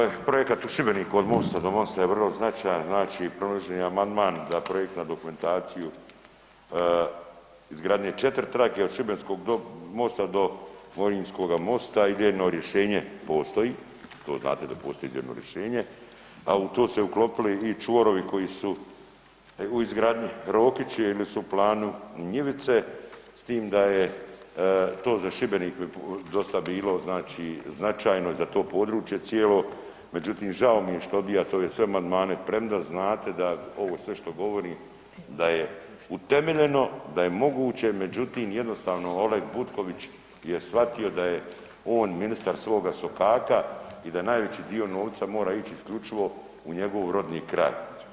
To je ovaj projekat u Šibeniku od mosta do mosta je vrlo značajan znači, predloženi amandman da projektnu dokumentaciju izgradnje 4 trake od Šibenskog mosta do Morinskoga mosta, idejno rješenje postoji, to znate da postoji idejno rješenje, a to su se uklopili i čvorovi koji su u izgradnji, Rokići ili su u planu Njivice, s tim da je to za Šibenik dosta bilo znači značajno za to područje cijelo, međutim, žao mi je što odbijate ove sve amandmane premda znate da ovo sve što govorim da je utemeljeno, da je moguće, međutim, jednostavno Oleg Butković je shvatio da je on ministar svoga sokaka i da najveći dio novca mora ići isključivo u njegov rodni kraj.